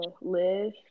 live